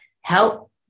help